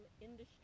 industry